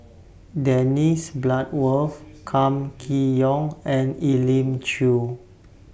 Dennis Bloodworth Kam Kee Yong and Elim Chew